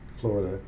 Florida